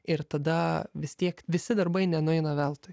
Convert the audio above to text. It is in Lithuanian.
ir tada vis tiek visi darbai nenueina veltui